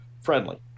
friendly